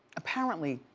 apparently,